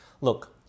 Look